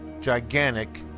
gigantic